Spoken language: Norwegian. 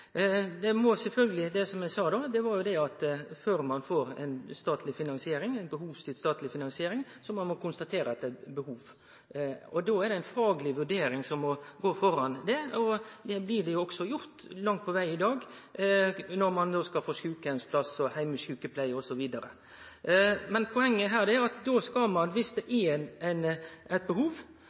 finansiering, må ein konstatere at det er eit behov, og då er det ei fagleg vurdering som må gå føre. Det blir også gjort langt på veg i dag når ein skal få sjukeheimsplass, heimesjukepleie osv. Men poenget her er behovet, og det er viktig å ta med seg her at Framstegspartiet set ikkje byråkratar og lokalpolitikarar i sentrum, vi set innbyggjarane i kommunane i sentrum. Det er